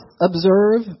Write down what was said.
observe